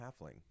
halfling